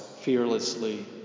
fearlessly